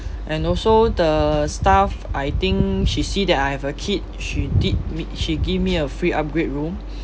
and also the staff I think she see that I have a kid she did me~ she give me a free upgrade room